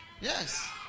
Yes